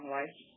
life